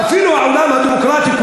אפילו העולם הדמוקרטי,